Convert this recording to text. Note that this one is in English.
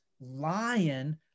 lion